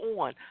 on